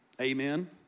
Amen